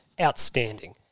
Outstanding